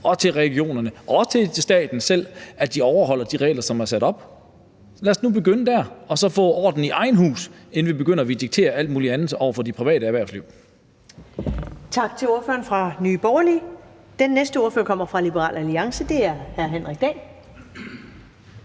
og til regionerne og til staten om, at de selv overholder de regler, der er sat op. Lad os nu begynde dér og få orden i eget hus, inden vi begynder at ville diktere alt muligt andet over for det private erhvervsliv.